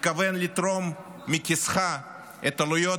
מתכוון לתרום מכיסך את עלויות